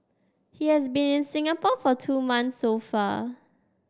he has been in Singapore for two months so far